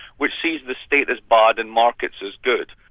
which sees the state as bad and markets as good.